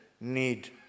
need